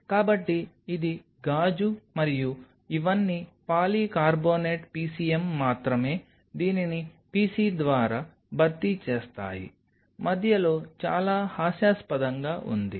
కాబట్టి ఇది గాజు మరియు ఇవన్నీ పాలికార్బోనేట్ PCM మాత్రమే దీనిని PC ద్వారా భర్తీ చేస్తాయి మధ్యలో చాలా హాస్యాస్పదంగా ఉంది